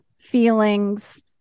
feelings